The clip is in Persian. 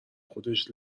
خودش